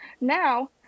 Now